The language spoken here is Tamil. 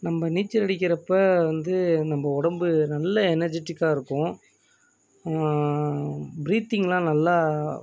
நம்ப நீச்சல் அடிக்கிறப்போ வந்து நம்ப உடம்பு நல்லா எனர்ஜிட்டிக்காக இருக்கும் ப்ரீத்திங்கெலாம் நல்லா